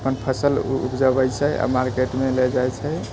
अपन फसल उपजबै छै आ मारकेटमे लै जाइ छै